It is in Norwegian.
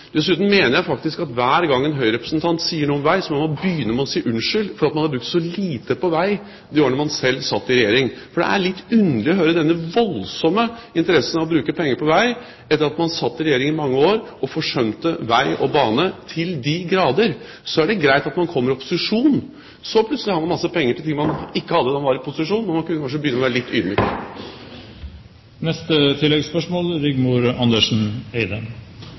Dessuten mener jeg faktisk at hver gang en Høyrerepresentant sier noe om vei, må man begynne med å si unnskyld for at man har brukt så lite på vei de årene man selv satt i regjering. For det er litt underlig å høre denne voldsomme interessen for å bruke penger på vei, etter at man satt i regjering i mange år og forsømte vei og bane til de grader. Så er det greit at man kommer i opposisjon og plutselig har masse penger til ting man ikke hadde da man var i posisjon – men man kunne kanskje begynne å være litt ydmyk. Rigmor Andersen